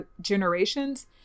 generations